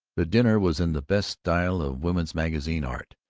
the dinner was in the best style of women's-magazine art,